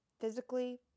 physically